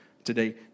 today